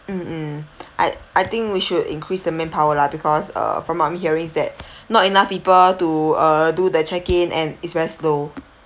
mmhmm I I think we should increase the manpower lah because uh from I'm hearing is that not enough people to uh do the check-in and is very slow